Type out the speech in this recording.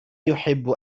يحب